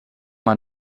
man